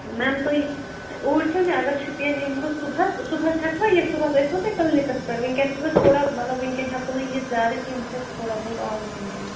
میم تُہۍ اوٗرۍ چھَمےٚ اگر شُپیَن یِم بہٕ صُبحَس صُبحَس ہٮ۪کہٕ وٕ یِتھ صُبحَس ٲسِو نہ تُہۍ کٕلنِکَس پٮ۪ٹھ وٕنکٮ۪ن چھُ مےٚ تھوڑا مطلب وٕنکٮ۪ن ہٮ۪کو نہٕ یِتھ زیادٕ کینٛہہ بہٕ چھٮ۪س تھوڑا بہت آوُر وٕنکٮ۪ن